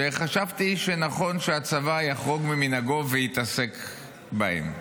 וחשבתי שנכון שהצבא יחרוג ממנהגו ויתעסק בהן: